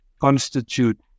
constitute